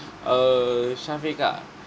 err shafiqah